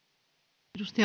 arvoisa